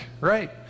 Right